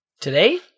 Today